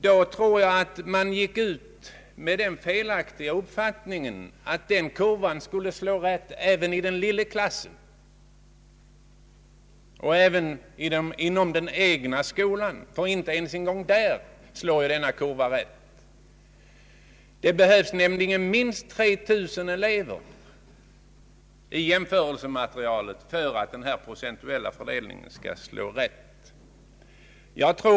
Jag tror att man då spred den felaktiga uppfattningen att denna kurva skulle slå rätt även i den lilla klassen och i varje fall inom den egna skolan — men inte ens om man tar en hel skola slår denna kurva rätt. Det behövs nämligen minst 3 000 elever i jämförelsematerialet för att denna procentuella fördelning skall bli riktig.